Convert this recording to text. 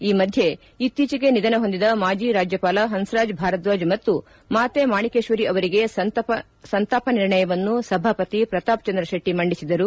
ಈ ಮಧ್ಯೆ ಇತ್ತೀಚಿಗೆ ನಿಧನ ಹೊಂದಿದ ಮಾಜಿ ರಾಜ್ಯಪಾಲ ಪಂಸರಾಜ್ ಭಾರಧ್ವಾಚ್ ಮತ್ತು ಮಾತೆ ಮಾಣಿಕೇಶ್ವರಿ ಅವರಿಗೆ ಸಂತಾಪ ನಿರ್ಣಯವನ್ನು ಸಭಾಪತಿ ಪ್ರತಾಪ್ಚಂದ್ರ ಶೆಟ್ಟಿ ಮಂಡಿಸಿದರು